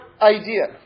idea